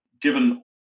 given